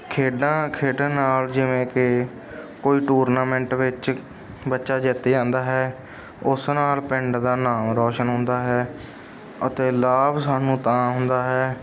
ਖੇਡਾਂ ਖੇਡਣ ਨਾਲ ਜਿਵੇਂ ਕਿ ਕੋਈ ਟੂਰਨਾਮੈਂਟ ਵਿੱਚ ਬੱਚਾ ਜਿੱਤ ਜਾਂਦਾ ਹੈ ਉਸ ਨਾਲ ਪਿੰਡ ਦਾ ਨਾਮ ਰੋਸ਼ਨ ਹੁੰਦਾ ਹੈ ਅਤੇ ਲਾਭ ਸਾਨੂੰ ਤਾਂ ਹੁੰਦਾ ਹੈ